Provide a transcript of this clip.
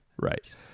right